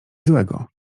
złego